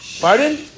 Pardon